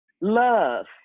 love